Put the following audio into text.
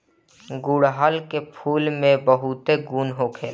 गुड़हल के फूल में बहुते गुण होखेला